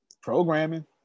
Programming